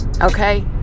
okay